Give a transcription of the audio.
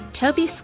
Toby